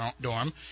dorm